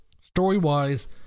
Story-wise